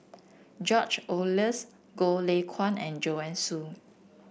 George Oehlers Goh Lay Kuan and Joanne Soo